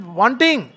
wanting